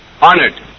honored